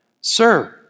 Sir